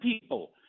people